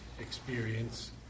experience